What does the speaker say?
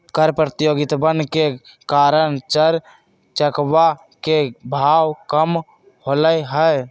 कर प्रतियोगितवन के कारण चर चकवा के भाव कम होलय है